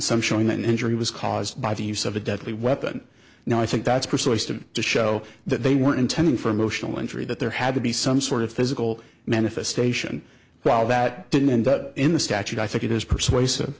some showing that an injury was caused by the use of a deadly weapon now i think that's precise to show that they were intending for emotional injury that there had to be some sort of physical manifestation while that didn't end up in the statute i think it is persuasive